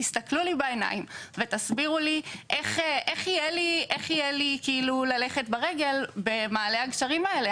תסתכלו לי בעיניים ותסבירו לי איך יהיה לי ללכת ברגל במעלה הגשרים האלה?